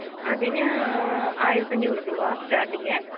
അതിന് ആയിരത്തഞ്ഞൂറ് രൂപ സ്റ്റാട്ടിംഗ്